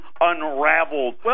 unraveled